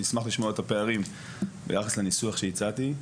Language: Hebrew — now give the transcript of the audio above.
נשמח לשמוע את הפערים ביחס לניסוח שהצעתי.